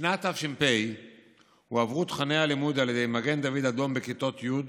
בשנת תש"ף הועברו תוכני הלימוד על ידי מגן דוד אדום בכיתות י',